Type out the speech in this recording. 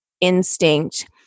instinct